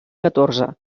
catorze